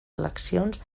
eleccions